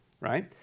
Right